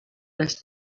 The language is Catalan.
les